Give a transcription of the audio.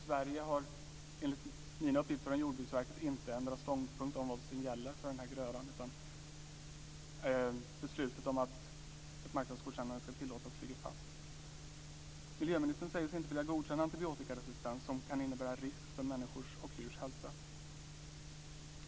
Sverige har, enligt uppgift från Jordbruksverket, inte ändrat ståndpunkt om vad som gäller för denna gröda, utan beslutet om att ett marknadsgodkännande ska tillåtas ligger fast. Miljöministern säger sig inte vilja godkänna antibiotikaresistens som kan innebära risk för människors och djurs hälsa.